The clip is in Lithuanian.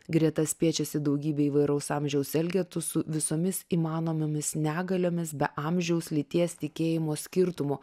greta spiečiasi daugybė įvairaus amžiaus elgetų su visomis įmanomomis negaliomis be amžiaus lyties tikėjimo skirtumo